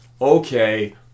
okay